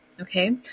Okay